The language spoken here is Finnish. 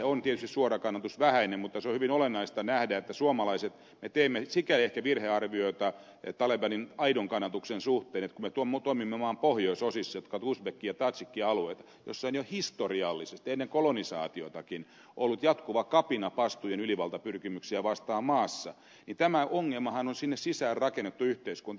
tietysti suora kannatus on vähäinen mutta se on hyvin olennaista nähdä että me suomalaiset teemme sikäli ehkä virhearvioita talebanin aidon kannatuksen suhteen että kun me toimimme maan pohjoisosissa jotka ovat uzbekki ja tadzhikkialueita joilla on jo historiallisesti ennen kolonisaatiotakin ollut jatkuva kapina pashtujen ylivaltapyrkimyksiä vastaan maassa niin tämä ongelmahan on sinne sisään rakennettu yhteiskunta